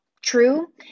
true